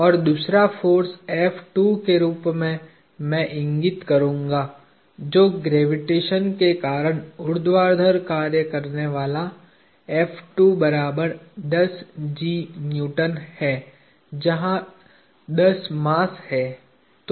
और दूसरा फोर्स के रूप में मैं इंगित करूंगा जो ग्रेविटेशन के कारण ऊर्ध्वाधर कार्य करने वाला है जहाँ 10 मास है